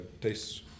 tastes